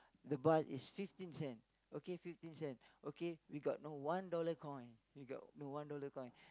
the bar is fifteen cent okay fifteen cent okay we got no one dollar coin we got no one dollar coin